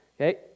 Okay